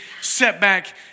setback